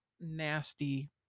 nasty